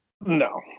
No